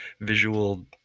visual